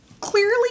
clearly